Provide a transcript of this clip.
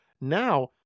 now